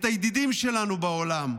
את הידידים שלנו בעולם,